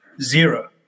zero